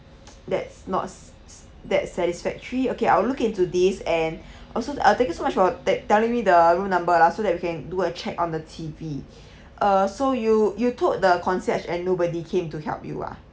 that's not s~ that satisfactory okay I'll look into this and also uh thank you so much of that telling me the room number lah so that we can do a check on the T_V uh so you you told the concierge and nobody came to help you ah